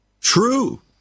True